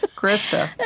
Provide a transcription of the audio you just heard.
ah krista